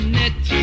net